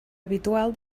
habitual